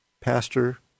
Pastor